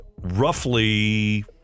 roughly